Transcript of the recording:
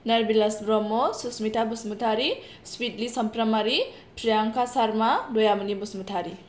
नरबिलास ब्रह्म सुसमिथा बसुमतारी सुइतलि सामफ्रामहारि प्रियंका सरमा दयामुनि बसुमतारी